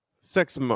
sex